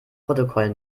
protokoll